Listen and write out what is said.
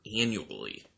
annually